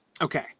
Okay